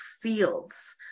fields